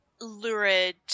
lurid